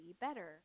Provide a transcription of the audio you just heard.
better